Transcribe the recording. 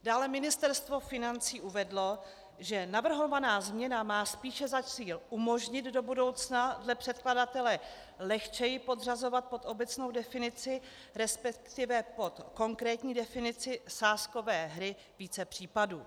Dále Ministerstvo financí uvedlo, že navrhovaná změna má spíše za cíl umožnit do budoucna dle předkladatele lehčeji podřazovat pod obecnou definici, respektive pod konkrétní definici sázkové hry více případů.